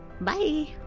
bye